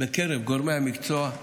בקרב גורמי המקצוע,